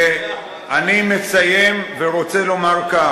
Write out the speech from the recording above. אני מסיים ורוצה לומר כך,